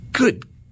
Good